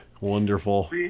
Wonderful